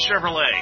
Chevrolet